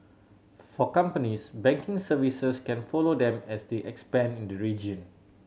for companies banking services can follow them as they expand in the region